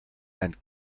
and